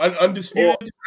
undisputed